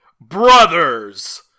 Brothers